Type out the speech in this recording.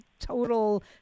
total